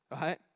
right